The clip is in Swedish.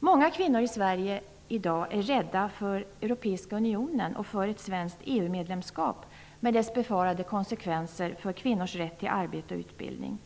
Många kvinnor i Sverige är i dag rädda för den europeiska unionen och för ett svenskt EU medlemskap med dess befarade konsekvenser när det gäller kvinnors rätt till arbete och utbildning.